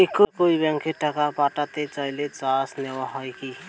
একই ব্যাংকে টাকা পাঠাতে চাইলে চার্জ নেওয়া হয় কি?